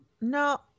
no